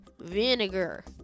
vinegar